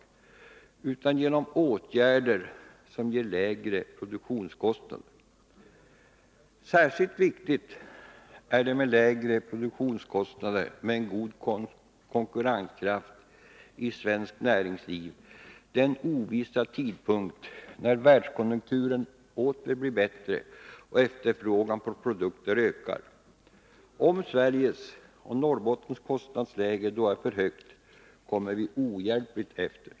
Det behövs åtgärder som ger lägre produktionskostnader och därmed bättre konkurrenskraft. Särskilt viktigt är detta för svenskt näringsliv vid den ovissa tidpunkt när världskonjunkturen åter blir bättre och efterfrågan på produkter ökar. Om Sveriges och Norrbottens kostnadsläge då är för högt kommer vi ohjälpligt efter.